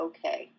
Okay